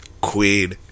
queen